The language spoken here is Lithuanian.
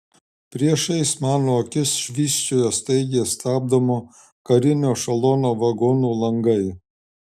priešais mano akis švysčioja staigiai stabdomo karinio ešelono vagonų langai